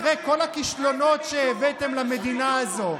אחרי כל הכישלונות שהבאתם למדינה הזאת.